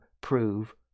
prove